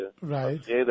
Right